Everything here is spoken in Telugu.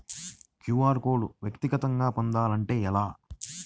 క్యూ.అర్ కోడ్ వ్యక్తిగతంగా పొందాలంటే ఎలా?